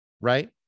right